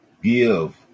give